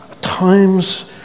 times